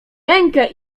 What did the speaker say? rękę